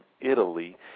Italy